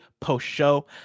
post-show